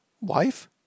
Wife